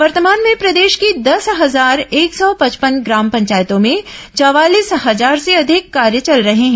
वर्तमान में प्रदेश की दस हजार एक सौ पचपन ग्राम पंचायतों में चवालीस हजार से अधिक कार्य चल रहे हैं